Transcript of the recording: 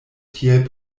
tiel